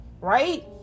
right